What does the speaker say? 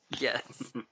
Yes